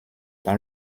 dans